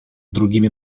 другими